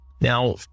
Now